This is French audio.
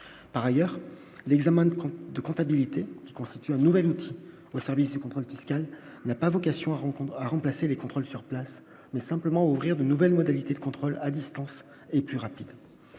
par ailleurs l'examen de de comptabilité qui constitue un nouvel outil au service du contrôle fiscal n'a pas vocation à rencontrer à remplacer les contrôles sur place, mais simplement ouvrir de nouvelles modalités de contrôle à distance et plus rapide,